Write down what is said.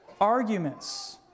arguments